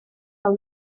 fel